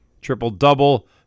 Triple-double